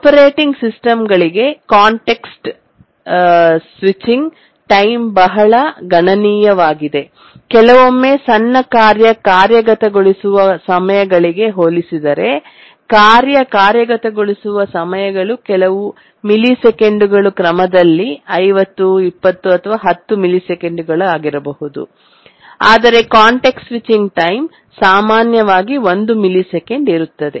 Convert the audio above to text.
operating ಸಿಸ್ಟಮ್ಗಳಿಗೆ context switching time ಬಹಳ ಗಣನೀಯವಾಗಿದೆ ಕೆಲವೊಮ್ಮೆ ಸಣ್ಣ ಕಾರ್ಯ ಕಾರ್ಯಗತಗೊಳಿಸುವ ಸಮಯಗಳಿಗೆ ಹೋಲಿಸಿದರೆ ಕಾರ್ಯ ಕಾರ್ಯಗತಗೊಳಿಸುವ ಸಮಯಗಳು ಕೆಲವು ಮಿಲಿಸೆಕೆಂಡುಗಳ ಕ್ರಮದಲ್ಲಿ 50 20 ಅಥವಾ 10 ಮಿಲಿಸೆಕೆಂಡುಗಳಾಗಿರಬಹುದು ಆದರೆ ಕಾಂಟೆಕ್ಸ್ಟ್ ಸ್ವಿಚಿಂಗ್ ಟೈಮ್ ಸಾಮಾನ್ಯವಾಗಿ 1 ಮಿಲಿಸೆಕೆಂಡ್ ಇರುತ್ತದೆ